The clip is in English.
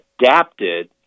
adapted